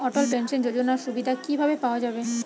অটল pension যোজনার সুবিধা কি ভাবে পাওয়া যাবে?